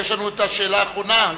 יש לנו עכשיו השאלה האחרונה.